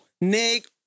Nick